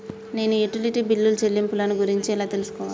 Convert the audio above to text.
నేను utility bill చెల్లింపులను గురించి ఎలా తెలుసుకోవాలి?